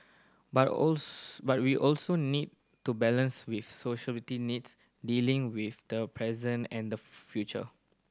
but but we also need to balance with social needs dealing with the present and the future